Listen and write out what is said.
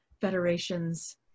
federations